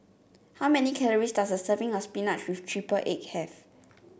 how many calories does a serving of spinach with triple egg have